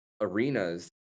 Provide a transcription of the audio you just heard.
arenas